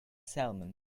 salmon